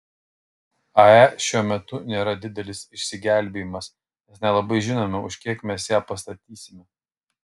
ae šiuo metu nėra didelis išsigelbėjimas nes nelabai žinome už kiek mes ją pastatysime